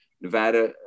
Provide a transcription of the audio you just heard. Nevada